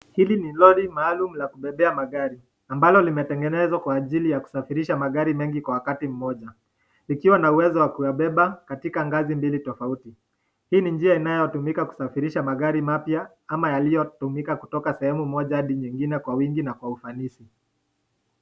Hili ni lori maalum la kubebea magari, ambalo limetengenezwa kwa ajili ya kusafirisha magari mengi kwa wakati mmoja. Likiwa na uwezo wa kuyabeba katika ngazi mbili tofauti. Hii ni njia inayotumika kusafirisha magari mapya ama yaliyotumika kutoka sehemu moja hadi nyingine kwa wingi na kwa ufanisi.